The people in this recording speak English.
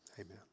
Amen